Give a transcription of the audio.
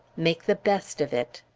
make the best of it!